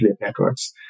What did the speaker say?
networks